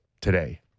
today